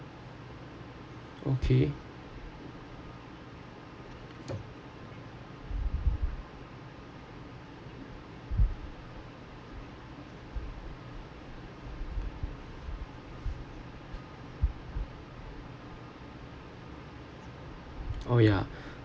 okay oh yeah